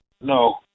No